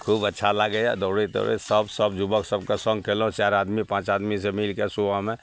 खूब अच्छा लागैए दौड़ैत दौड़ैत सभ सभ युवक सभके सङ्ग कएलहुँ चारि आदमी पाँच आदमीसे मिलिके सुबहमे